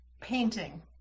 Painting